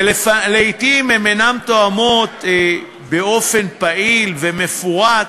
לעתים הן אינן תואמות באופן פעיל ומפורט